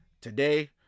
Today